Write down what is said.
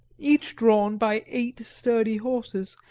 each drawn by eight sturdy horses,